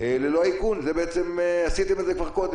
ללא האיכון כי עשיתם את זה כבר קודם.